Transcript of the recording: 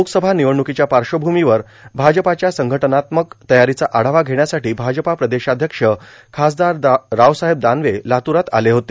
लोकसभा भिवडण्कांच्या पाश्वभूमीवर भाजपाच्या संघटनात्मक तयारांचा आढावा घेण्यासाठी भाजपा प्रदेशाध्यक्ष खासदार रावसाहेब दानवे लातूरात आले होते